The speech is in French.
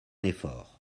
effort